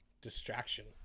distraction